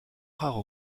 rares